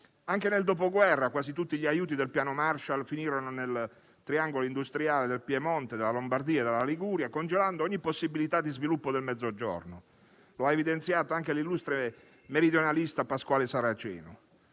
Anche nel Dopoguerra quasi tutti gli aiuti del Piano Marshall finirono nel triangolo industriale del Piemonte, della Lombardia e della Liguria, congelando ogni possibilità di sviluppo del Mezzogiorno, come evidenziato anche dall'illustre meridionalista Pasquale Saraceno.